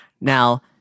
Now